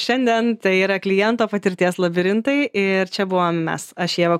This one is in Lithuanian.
šiandien tai yra kliento patirties labirintai ir čia buvom mes aš ieva